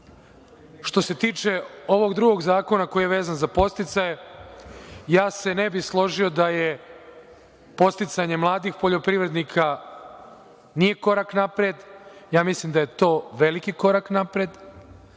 se tiče ovog drugog zakona koji je vezan za podsticaje, ja se ne bih složio da podsticanje mladih poljoprivrednik nije korak napred. Ja mislim da je to veliki korak napred,